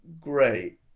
great